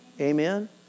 Amen